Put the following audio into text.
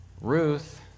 Ruth